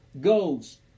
goes